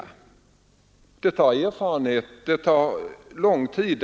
Att bygga upp en sådan erfarenhet tar lång tid.